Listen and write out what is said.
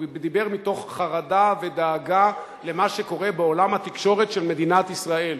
הוא דיבר מתוך חרדה ודאגה למה שקורה בעולם התקשורת של מדינת ישראל.